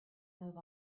move